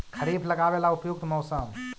खरिफ लगाबे ला उपयुकत मौसम?